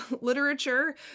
literature